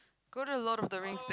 go to Lord of the Rings